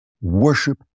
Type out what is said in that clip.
worship